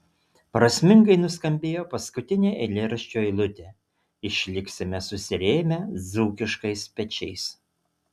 prasmingai nuskambėjo paskutinė eilėraščio eilutė išliksime susirėmę dzūkiškais pečiais